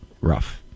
rough